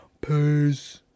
Peace